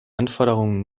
anforderungen